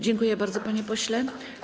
Dziękuję bardzo, panie pośle.